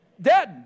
Dead